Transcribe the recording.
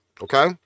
okay